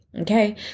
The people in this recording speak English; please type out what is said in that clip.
Okay